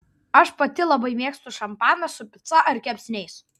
aš pati labai mėgstu šampaną su pica ar kepsniais